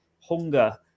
hunger